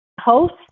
host